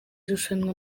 rushanwa